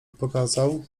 pokazał